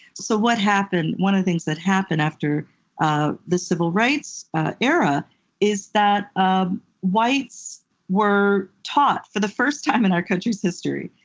so what happened, one of the things that happened after ah the civil rights era is that um whites were taught, for the first time in our country's history,